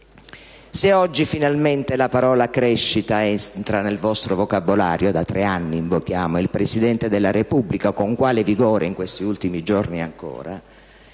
Se oggi finalmente la parola «crescita» entra nel vostro vocabolario (da tre anni invochiamo il Presidente della Repubblica, con quale vigore in questi ultimi giorni ancora),